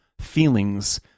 feelings